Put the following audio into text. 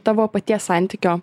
tavo paties santykio